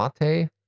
Mate